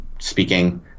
speaking